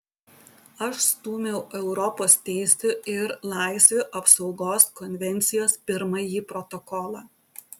aš stūmiau europos teisių ir laisvių apsaugos konvencijos pirmąjį protokolą